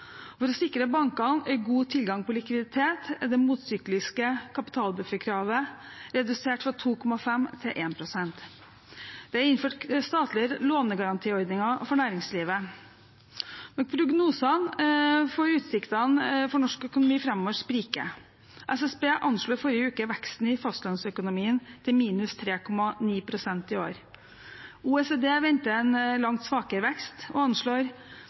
For å sikre bankene god tilgang på likviditet er det motsykliske kapitalbufferkravet redusert fra 2,5 pst. til 1 pst. Det er innført statlige lånegarantiordninger for næringslivet. Prognosene for utsiktene for norsk økonomi framover spriker. SSB anslo i forrige uke veksten i fastlandsøkonomien til -3,9 pst. i år. OECD venter en langt svakere vekst og anslår